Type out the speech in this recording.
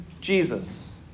Jesus